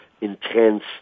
intense